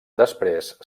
després